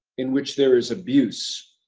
in which there is abuse,